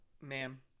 ma'am